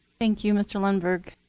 thank you, mr. lundberg.